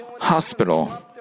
hospital